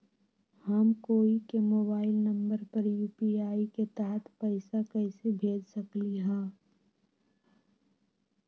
हम कोई के मोबाइल नंबर पर यू.पी.आई के तहत पईसा कईसे भेज सकली ह?